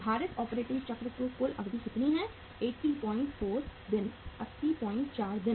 भारित ऑपरेटिंग चक्र की कुल अवधि कितनी है 804 दिन